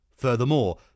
Furthermore